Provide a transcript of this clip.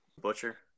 Butcher